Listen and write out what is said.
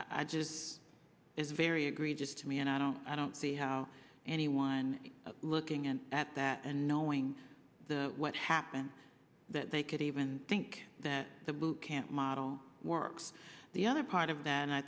i just is very egregious to me and i don't i don't see how anyone looking in at that and knowing the what happened that they could even think that the boot camp model works the other part of that and i